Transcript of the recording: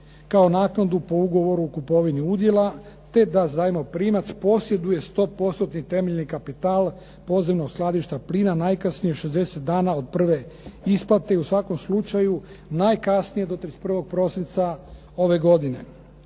kao naknadu po ugovoru o kupovini udjela te da zajmoprimac posjeduje stopostotni temeljni kapital podzemnog skladišta plina, najkasnije 60 dana od prve isplate i u svakom slučaju najkasnije do 31. prosinca ove godine.